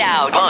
Out